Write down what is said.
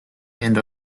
and